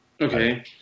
Okay